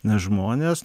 nes žmonės